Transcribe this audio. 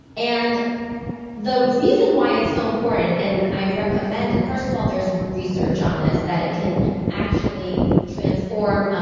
and the reason why it's so important and i recommend it, first of all there's research on this, that it can actually transform.